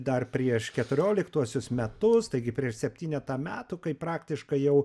dar prieš keturioliktuosius metus taigi prieš septynetą metų kai praktiškai jau